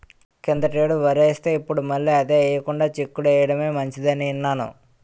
కిందటేడు వరేస్తే, ఇప్పుడు మళ్ళీ అదే ఎయ్యకుండా చిక్కుడు ఎయ్యడమే మంచిదని ఇన్నాను